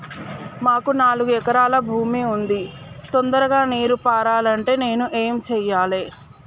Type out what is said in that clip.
మాకు నాలుగు ఎకరాల భూమి ఉంది, తొందరగా నీరు పారాలంటే నేను ఏం చెయ్యాలే?